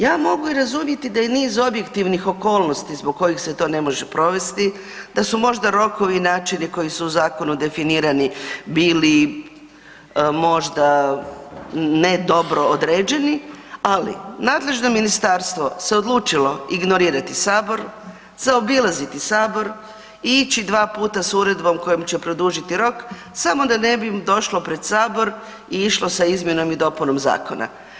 Ja mogu i razumjeti da je niz objektivnih okolnosti zbog kojih se to ne može provesti, da su možda rokovi i načini koji su u zakonu definirani bili možda ne dobro određeni ali nadležno ministarstvo se odlučilo ignorirati Sabor, zaobilaziti Sabor i ići dvaputa s uredbom kojom će produžiti rok, sam da ne bi došlo pred Sabor i išlo sa izmjenom i dopunom zakona.